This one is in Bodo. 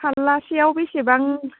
फाल्लासेआव बेसेबां